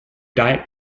diet